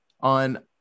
on